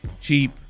Cheap